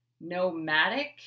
nomadic